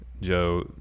Joe